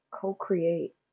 co-create